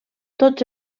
tots